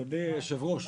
אדוני היושב-ראש,